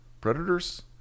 Predators